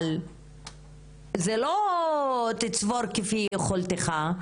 אבל זה לא תצבור כפי יכולתך,